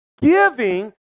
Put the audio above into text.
giving